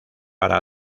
para